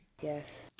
Yes